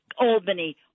Albany